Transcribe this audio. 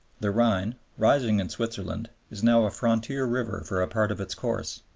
the rhine, rising in switzerland, is now a frontier river for a part of its course,